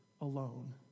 alone